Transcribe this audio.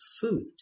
food